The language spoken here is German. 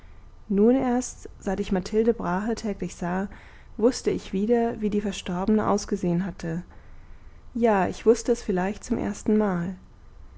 nun erst seit ich mathilde brahe täglich sah wußte ich wieder wie die verstorbene ausgesehen hatte ja ich wußte es vielleicht zum erstenmal